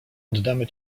oddamy